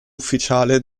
ufficiale